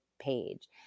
page